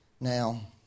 Now